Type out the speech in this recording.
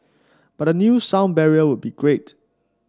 but a new sound barrier would be great